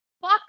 fuck